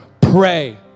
pray